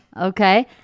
Okay